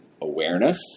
awareness